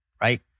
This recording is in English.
right